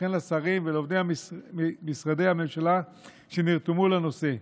וכן לשרים ולעובדי משרדי הממשלה שנרתמו לנושא.